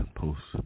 post